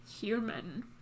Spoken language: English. human